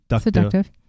Seductive